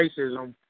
racism